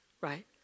right